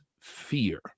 fear